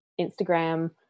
Instagram